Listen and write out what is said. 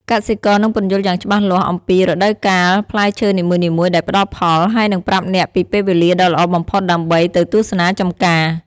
កសិករនឹងពន្យល់យ៉ាងច្បាស់លាស់អំពីរដូវកាលផ្លែឈើនីមួយៗដែលផ្តល់ផល ហើយនឹងប្រាប់អ្នកពីពេលវេលាដ៏ល្អបំផុតដើម្បីទៅទស្សនាចម្ការ។